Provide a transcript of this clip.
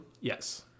Yes